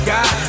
God